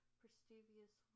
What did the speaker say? prestigious